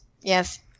Yes